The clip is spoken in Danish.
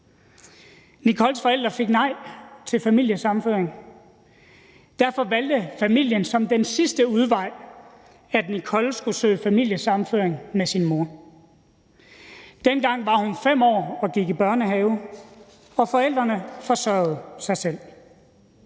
Nicoles forældre fik nej til familiesammenføring. Derfor valgte familien som den sidste udvej, at Nicole skulle søge familiesammenføring med sin mor. Dengang var hun 5 år og gik i børnehave, og forældrene forsørgede sig selv.